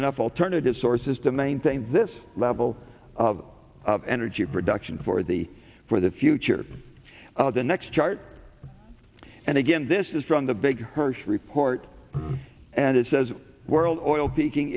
enough alternative sources to maintain this level of energy production for the for the future the next chart and again this is from the big hirsch report and it says world oil peaking